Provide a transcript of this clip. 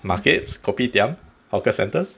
markets kopitiam hawker centres